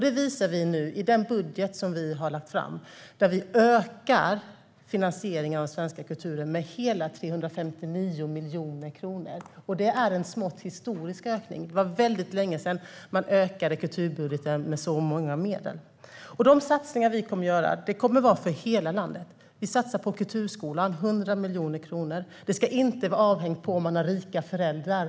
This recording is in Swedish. Det visar vi i den budget som vi nu lagt fram, där vi ökar finansieringen av den svenska kulturen med hela 359 miljoner kronor. Det är en smått historisk ökning. Det var väldigt länge sedan man ökade kulturbudgeten med så stora medel. Våra satsningar kommer att göras för hela landet. Vi satsar 100 miljoner kronor på kulturskolan.